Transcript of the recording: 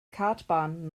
kartbahn